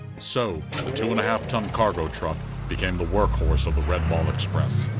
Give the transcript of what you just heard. so the two-and-a-half ton cargo truck became the workhorse of the red ball express.